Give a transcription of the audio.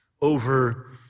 over